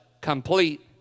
complete